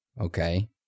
Okay